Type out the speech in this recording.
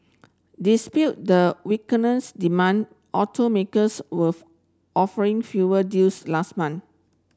dispute the weakness demand automakers were offering fewer deals last month